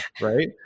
right